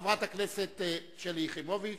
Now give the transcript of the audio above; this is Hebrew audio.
חברת הכנסת שלי יחימוביץ.